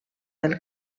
del